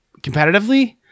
competitively